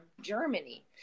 Germany